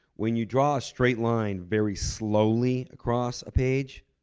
when you draw a straight line very slowly across a page,